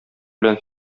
белән